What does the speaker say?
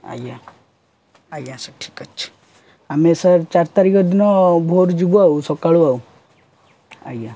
ଆଜ୍ଞା ଆଜ୍ଞା ସାର୍ ଠିକ୍ ଅଛି ଆମେ ସାର୍ ଚାରି ତାରିଖ ଦିନ ଭୋର ଯିବୁ ଆଉ ସକାଳୁ ଆଉ ଆଜ୍ଞା